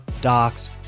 Docs